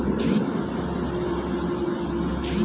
কুন কুন ব্যাংক লোনের সুযোগ সুবিধা বেশি দেয়?